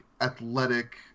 athletic